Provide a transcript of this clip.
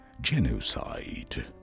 genocide